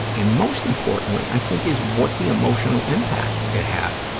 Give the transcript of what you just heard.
and most importantly, i think, is what the emotional impact it had